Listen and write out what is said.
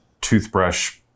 toothbrush